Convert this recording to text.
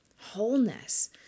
Wholeness